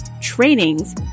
trainings